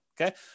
Okay